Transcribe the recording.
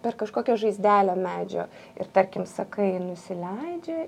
per kažkokią žaizdelę medžio ir tarkim sakai nusileidžia